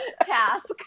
task